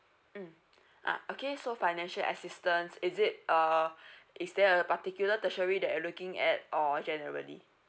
mm uh okay so financial assistance is it uh is there a particular tertiary that you looking at or generally